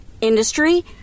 industry